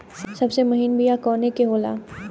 सबसे महीन बिया कवने के होला?